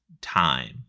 time